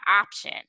option